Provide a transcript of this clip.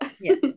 Yes